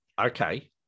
Okay